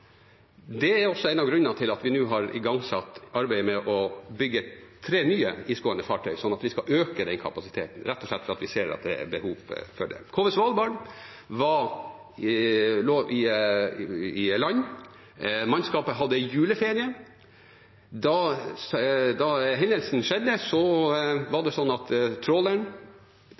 Det er også en av grunnene til at vi nå har igangsatt arbeidet med å bygge tre nye isgående fartøy, slik at vi kan øke kapasiteten, rett og slett fordi vi ser at det er behov for det. KV «Svalbard» lå til land, mannskapet hadde juleferie. Da hendelsen skjedde, manglet tråleren kommunikasjon – den var så langt nord at